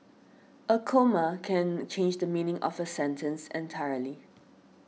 a comma can change the meaning of a sentence entirely